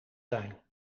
zijn